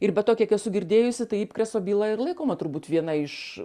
ir be to kiek esu girdėjusi tai kreso byla ir laikoma turbūt viena iš